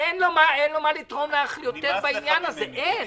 אין לו מה לתרום לך יותר בעניין הזה, אין.